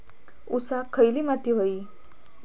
ऊसाक खयली माती व्हयी?